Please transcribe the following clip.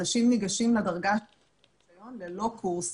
אנשים ניגשים לדרגה השנייה של הרישיון ללא קורס.